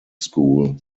school